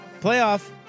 Playoff